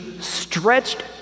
stretched